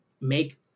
make